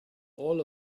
all